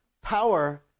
Power